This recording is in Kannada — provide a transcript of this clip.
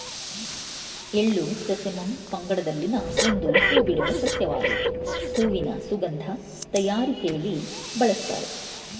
ಎಳ್ಳು ಸೆಸಮಮ್ ಪಂಗಡದಲ್ಲಿನ ಒಂದು ಹೂಬಿಡುವ ಸಸ್ಯವಾಗಾಯ್ತೆ ಹೂವಿನ ಸುಗಂಧ ತಯಾರಿಕೆಲಿ ಬಳುಸ್ತಾರೆ